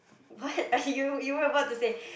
but you you were about to say